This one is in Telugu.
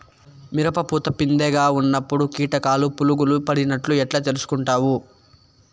మిరప పూత పిందె గా ఉన్నప్పుడు కీటకాలు పులుగులు పడినట్లు ఎట్లా తెలుసుకుంటావు?